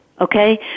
Okay